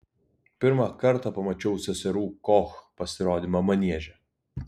pirmą kartą pamačiau seserų koch pasirodymą manieže